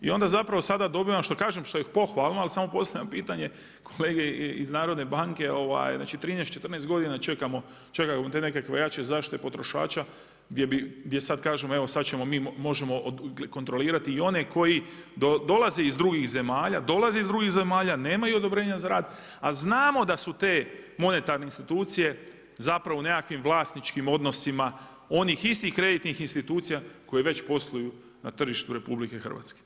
I onda zapravo sada dobivamo, što kažem, što je pohvalno, ali samo postavljam pitanje kolegi iz Narodne banke, znači 13, 14 godina čekaju te nekakve jače zaštite potrošača gdje samo kažemo evo, sad mi možemo kontrolirati i one koji dolaze iz drugih zemalja, nemaju odobrenja za rad, a znamo da su te monetarne institucije zapravo u nekakvim vlasničkim odnosima onih istih kreditnih institucija koje već posluju na tržištu RH.